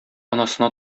анасына